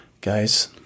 guys